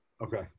Okay